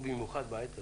במיוחד בעת הזאת.